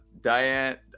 Diane